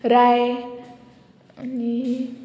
राय आनी